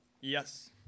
Yes